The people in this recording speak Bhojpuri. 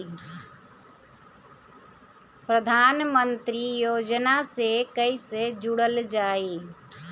प्रधानमंत्री योजना से कैसे जुड़ल जाइ?